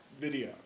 video